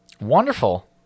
Wonderful